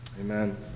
Amen